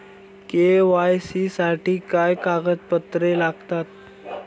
KYC साठी काय कागदपत्रे लागतात?